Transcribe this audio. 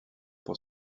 pour